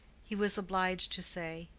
he was obliged to say,